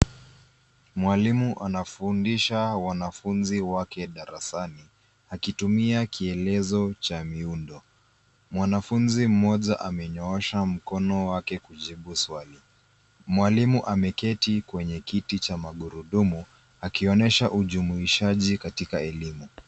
Mwalimu anafundisha wanafunzi wake darasani, akitumia kielezo cha miundo. Mwanafunzi mmoja amenyoosha mkono wake kujibu swali. Mwalimu ameketi kwenye kiti cha magurudumu, akionesha ujumuishaji katika elimu.